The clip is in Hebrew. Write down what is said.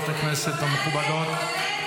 כן,